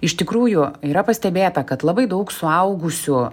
iš tikrųjų yra pastebėta kad labai daug suaugusių